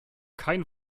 kein